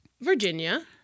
Virginia